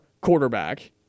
quarterback